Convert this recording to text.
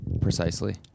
Precisely